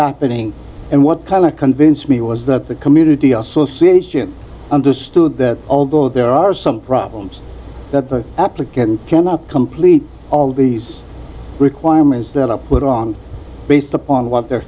happening and what kind of convinced me was that the community association understood that although there are some problems that the applicant cannot complete all these requirements that are put on based upon what they're